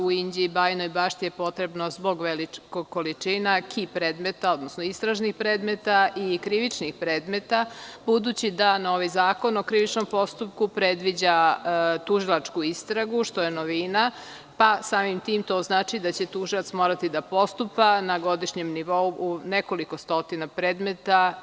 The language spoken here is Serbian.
U Inđiji i u Bajinoj Bašti je potrebno zbog velikih količina KI predmeta, odnosno istražnih predmeta i krivičnih predmeta, budući da ovaj Zakon o krivičnom postupku predviđa tužilačku istragu, što je novina, pa samim tim to znači da će tužilac morati da postupa na godišnjem nivou u nekoliko stotina predmeta.